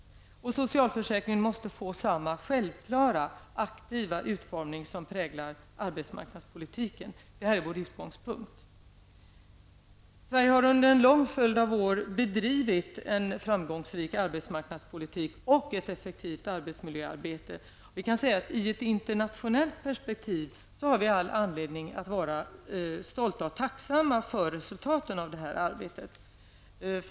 Socialförsäkringen måste få samma självklara, aktiva utformning som arbetsmarknadspolitiken. Detta är vår utgångspunkt. Sverige har under en lång följd av år bedrivit en framgångsrik arbetsmarknadspolitik och ett effektivt arbetsmiljöarbete. I ett internationellt perspektiv har vi all anledning att vara stolta över och tacksamma för resultaten av detta arbete.